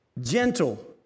gentle